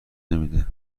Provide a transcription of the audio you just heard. نمیده